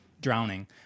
drowning